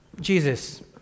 Jesus